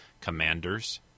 commanders